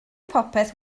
popeth